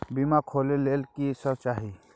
बीमा खोले के लेल की सब चाही?